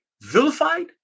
Vilified